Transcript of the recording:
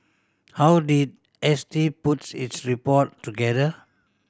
how did S T puts its report together